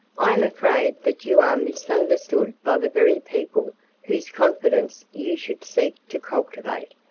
i am afraid that you are misunderstood by the very people whose confidence you should seek to cultivate,